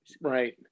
Right